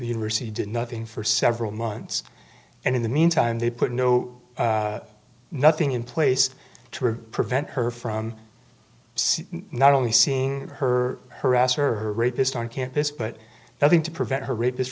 university did nothing for several months and in the meantime they put no nothing in place to prevent her from not only seeing her harasser her rapist on campus but nothing to prevent her rapist